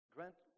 Grant